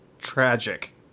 tragic